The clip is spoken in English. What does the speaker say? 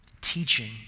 teaching